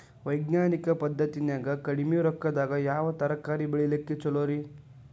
ವೈಜ್ಞಾನಿಕ ಪದ್ಧತಿನ್ಯಾಗ ಕಡಿಮಿ ರೊಕ್ಕದಾಗಾ ಯಾವ ತರಕಾರಿ ಬೆಳಿಲಿಕ್ಕ ಛಲೋರಿ?